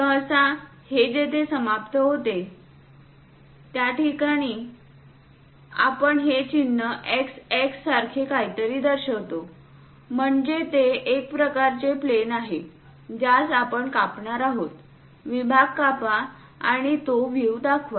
सहसा हे जेथे समाप्त होते त्यासाठी आपण हे चिन्ह x x सारखे काहीतरी दर्शवितो म्हणजे ते एक प्रकारचे प्लेन आहे ज्यास आपण कापणार आहोत विभाग कापा आणि तो व्ह्यू दाखवा